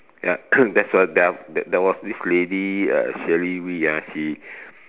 ya that's why there there was this lady uh Shirley Wee ah she